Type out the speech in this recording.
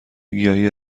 گیاهی